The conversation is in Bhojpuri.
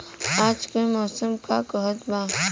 आज क मौसम का कहत बा?